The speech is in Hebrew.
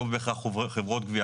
לא בהכרח חברות גבייה,